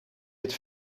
het